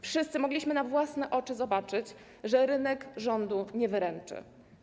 Wszyscy mogliśmy na własne oczy zobaczyć, że rynek rządu nie wyręczy.